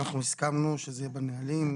אנחנו הסכמנו שזה יהיה בנהלים,